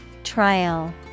Trial